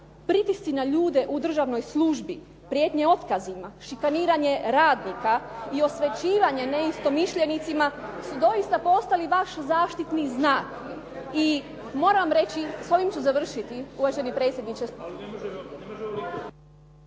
Pritisci na ljude u državnoj službi, prijetnje otkazima, šikaniranje radnika i osvećivanje neistomišljenicima su doista postali vaš zaštitni znak. I moram reći, s ovim ću završiti uvaženi predsjedniče…